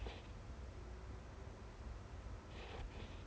她 because 她的 S_A_P I think she's not very strong lah